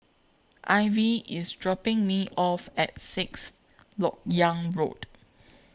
Ivy IS dropping Me off At Sixth Lok Yang Road